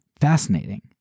Fascinating